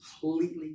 completely